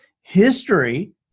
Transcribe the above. History